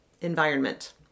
environment